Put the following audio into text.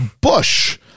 bush